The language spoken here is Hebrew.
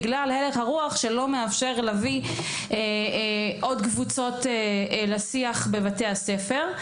בגלל הלך הרוח שלא מאפשר להביא עוד קבוצות לשיח בבתי הספר.